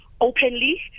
openly